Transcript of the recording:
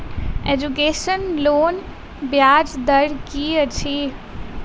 Education लोनक ब्याज दर की अछि?